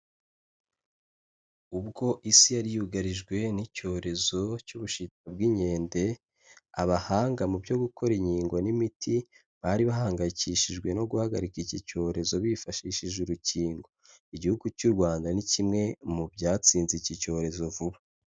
Ubwo isi yari yugarijwe n'icyorezo cy'ubushita bw'inkende, abahanga mu byo gukora inkingo n'imiti bari bahangayikishijwe no guhagarika iki cyorezo bifashishije urukingo, igihugu cy'u Rwanda ni kimwe mu byatsinze iki cyorezo vuba.